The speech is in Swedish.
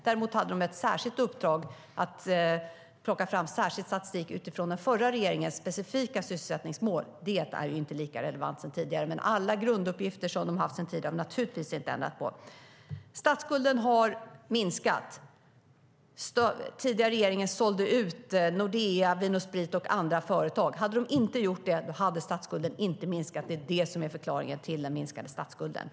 Däremot hade man tidigare ett särskilt uppdrag att ta fram statistik utifrån den förra regeringens specifika sysselsättningsmål. Det är inte lika relevant som tidigare. Men alla grunduppgifter SCB har haft sedan tidigare har vi naturligtvis inte ändrat på.